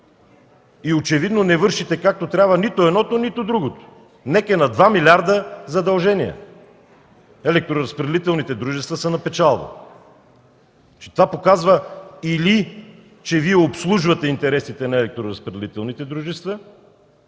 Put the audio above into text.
Очевидно не вършите както трябва нито едното, нито другото. НЕК е на 2 млрд. лв. задължения, а електроразпределителните дружества са на печалба. Това показва, че или Вие обслужвате интересите на електроразпределителните дружества,